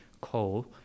coal